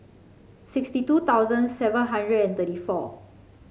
sixty two thousand seven hundred and thirty four